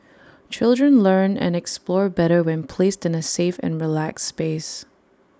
children learn and explore better when placed in A safe and relaxed space